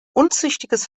unzüchtiges